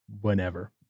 whenever